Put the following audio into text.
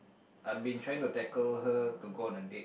I've been trying to tackle her to go on a date